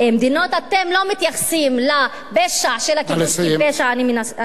אתם לא מתייחסים לפשע של הכיבוש, נא לסיים.